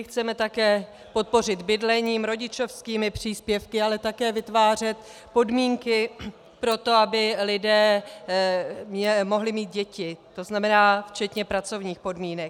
Chceme také podpořit bydlením, rodičovskými příspěvky, ale také vytvářet podmínky pro to, aby lidé mohli mít děti, tzn. včetně pracovních podmínek.